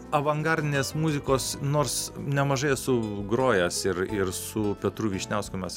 avangardinės muzikos nors nemažai esu grojęs ir ir su petru vyšniausku mes